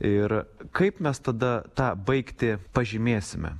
ir kaip mes tada tą baigti pažymėsime